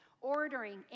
Ordering